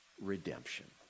redemption